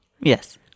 Yes